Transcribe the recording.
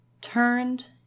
turned